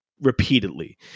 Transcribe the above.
repeatedly